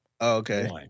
okay